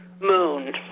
Moon